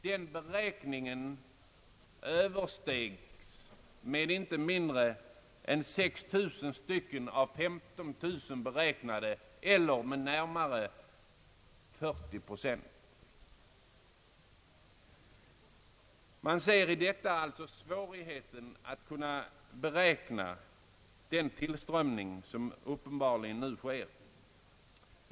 Den beräkningen översteg med mer än 6 000 det beräknade antalet 15 000 — närmare 40 procent! Man ser i detta svårigheten att beräkna den tillströmning, som uppenbarligen nu sker.